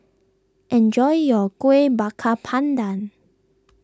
enjoy your Kueh Bakar Pandan